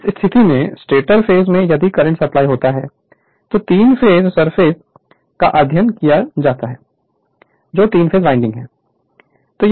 इस स्थिति में स्टेटर 3 फेस में यदि करंट सप्लाई होता है तो 3 फेस सरफेस का अध्ययन किया जाता है जो3 फेस वाइंडिंग हैं